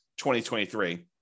2023